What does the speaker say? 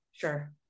Sure